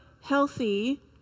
healthy